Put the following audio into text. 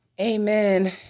Amen